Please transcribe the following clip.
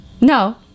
No